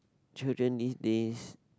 children these days